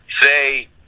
say